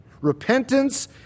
Repentance